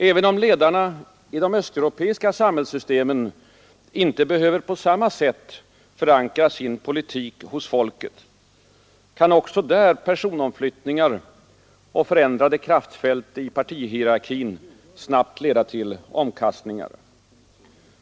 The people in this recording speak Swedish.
Även om ledarna i de östeuropeiska samhällssystemen icke behöver på samma sätt förankra sin politik hos folket, kan även där personomflyttningar och förändrade kraftfält inom partihierarkin snabbt leda till omkastningar.